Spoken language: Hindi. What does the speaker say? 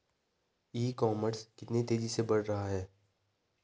ई कॉमर्स कितनी तेजी से बढ़ रहा है?